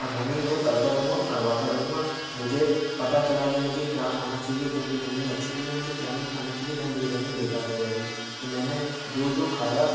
और रनिंग मैं करता रहूंगा और करवाता रहूंगा मुझे पता चला कि मुझे क्या खाना चाहिए जब मेरी रनिंग अच्छी होगी मुझे क्या नहीं खाना चाहिए जब मेरी रनिंग बेकार हो जाएगी तो मैंने जो जो खाया